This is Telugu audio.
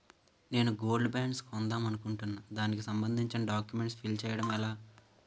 నేను గోల్డ్ బాండ్స్ కొందాం అనుకుంటున్నా దానికి సంబందించిన డాక్యుమెంట్స్ ఫిల్ చేయడం ఎలా?